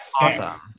awesome